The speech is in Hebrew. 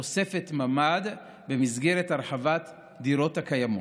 תוספת ממ"ד במסגרת הרחבת הדירות הקיימות.